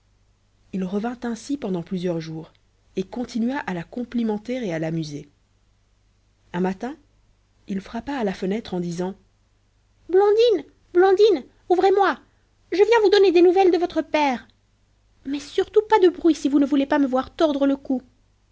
il revint ainsi pendant plusieurs jours et continua à la complimenter et à l'amuser un matin il frappa à la fenêtre en disant blondine blondine ouvrez-moi je viens vous donner des nouvelles de votre père mais surtout pas de bruit si vous ne voulez pas me voir tordre le cou